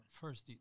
First